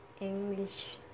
English